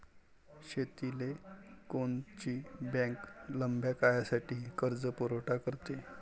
शेतीले कोनची बँक लंब्या काळासाठी कर्जपुरवठा करते?